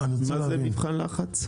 מה זה מבחן לחץ?